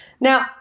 Now